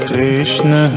Krishna